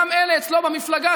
גם אלה אצלו במפלגה,